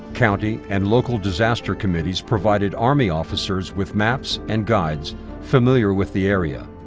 county, and local disaster committees provided army officers with maps and guides familiar with the area.